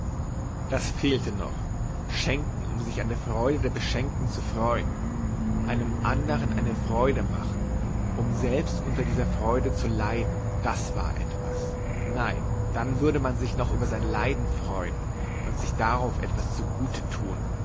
das fehlte noch schenken um sich an der freude der beschenkten zu freuen einem andern eine freude machen um selbst unter dieser freude zu leiden das war etwas nein dann würde man sich noch über sein leiden freuen und sich darauf etwas zugute tun